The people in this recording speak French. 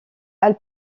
elle